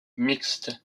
mixte